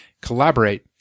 collaborate